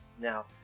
now